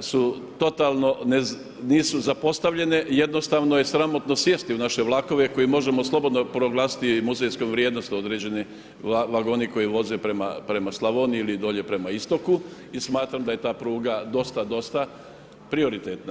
su totalno ne, nisu zapostavljene, jednostavno je sramotno sjesti u naše vlakove koji možemo slobodno proglasiti muzejsku vrijednost određeni vagoni koji voze prema Slavoniji ili dolje prema istoku i smatram da je ta pruga dosta, dosta prioritetna.